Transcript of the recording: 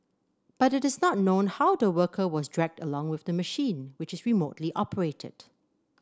but it is not known how the worker was dragged along with the machine which is remotely operated